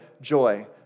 joy